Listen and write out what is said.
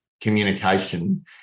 communication